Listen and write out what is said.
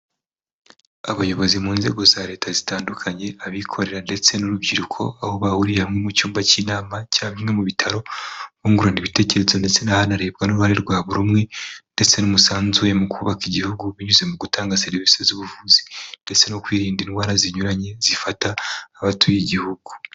Abayobozi mu nzego za leta zitandukanye abikorera ndetse n'urubyiruko aho bahuriye hamwe mu cyumba cy'inama cya bimwe mu bitaro bungurana ibitekerezo ndetse hanarebwa n'uruhare rwa buri umwe ndetse n'umusanzu mu kubaka igihugu binyuze mu gutanga serivisi z'ubuvuzi ndetse no kwirinda indwara zinyuranye zifata abatuye igihugu.